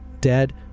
dead